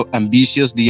ambitious